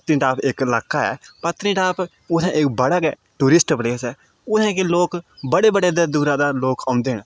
पत्नीटॉप इक लाका ऐ पत्नीटॉप उ'त्थें इक बड़ा गै टूरिस्ट प्लेस ऐ उ'त्थें गी लोक बड़े बड़े दे दूरा दा लोक औंदे न